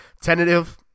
tentative